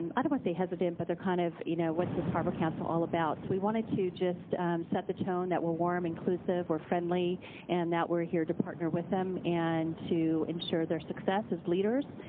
um i don't wanna say hesitant, but they're kind of you know what's this harbor council all about? we wanted to just set the tone that we're warm, inclusive, we're friendly and that we're here to partner with them and to ensure their success as leaders.